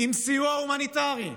עם סיוע הומניטרי.